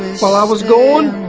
while i was gone?